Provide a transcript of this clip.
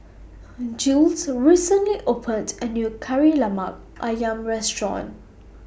Jules recently opened A New Kari Lemak Ayam Restaurant